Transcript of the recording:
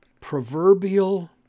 proverbial